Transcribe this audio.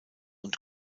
und